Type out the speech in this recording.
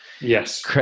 Yes